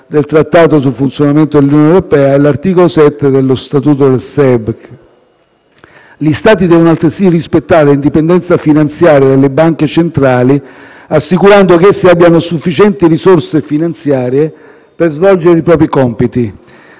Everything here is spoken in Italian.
del Trattato sul funzionamento dell'Unione europea e l'articolo 7 dello statuto del Sistema europeo di Banche centrali (SEBC). Gli Stati devono, altresì, rispettare l'indipendenza finanziaria delle Banche centrali assicurando che essi abbiamo sufficienti risorse finanziarie per svolgere i propri compiti.